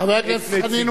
חבר הכנסת חנין,